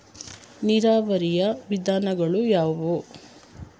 ನೀರಾವರಿಯ ವಿಧಾನಗಳು ಯಾವುವು?